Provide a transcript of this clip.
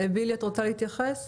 בילי, את רוצה להתייחס?